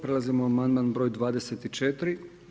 Prelazimo na amandman br. 24.